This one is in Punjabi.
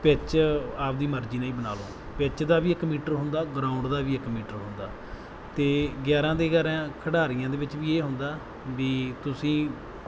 ਪਿੱਚ ਆਪਦੀ ਮਰਜ਼ੀ ਨਾਲ ਹੀ ਬਣਾ ਲਓ ਪਿੱਚ ਦਾ ਵੀ ਇੱਕ ਮੀਟਰ ਹੁੰਦਾ ਗਰਾਊਂਡ ਦਾ ਵੀ ਇੱਕ ਮੀਟਰ ਹੁੰਦਾ ਅਤੇ ਗਿਆਰ੍ਹਾਂ ਦੇ ਗਿਆਰ੍ਹਾਂ ਖਿਡਾਰੀਆਂ ਦੇ ਵਿੱਚ ਵੀ ਇਹ ਹੁੰਦਾ ਵੀ ਤੁਸੀਂ